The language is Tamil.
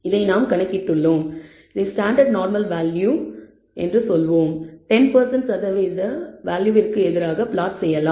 இதை நாம் கணக்கிட்டுள்ளோம் இதை ஸ்டாண்டர்ட் நார்மல் வேல்யூ 10 வேல்யூவிற்க்கு எதிராக பிளாட் செய்யலாம்